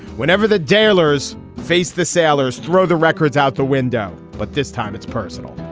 whenever the daimler's face, the sailors throw the records out the window. but this time it's personal.